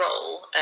role